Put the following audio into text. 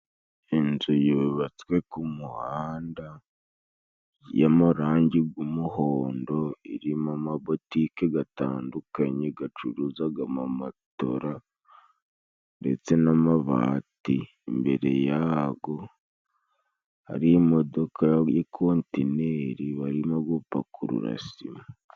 Inzu y'ubatswe ku muhanda y'amarangi y'umuhondo, irimo amabotike gatandukanye gacuruzaga amamatora, ndetse n'amabati imbere yago harimodoka y'ikotineri, barimo gupakurura sima.